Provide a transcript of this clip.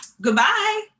Goodbye